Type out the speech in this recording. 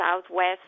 southwest